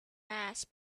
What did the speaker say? mass